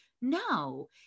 No